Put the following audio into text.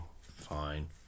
Fine